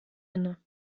inne